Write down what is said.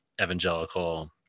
evangelical